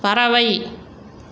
பறவை